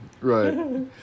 Right